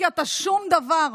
כי אתה שום דבר.